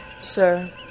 sir